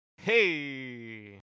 Hey